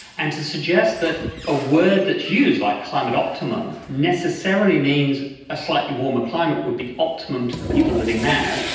and to suggest that a word that is used, like climate optimum, necessarily means a slightly warmer climate would be optimum to the people living now,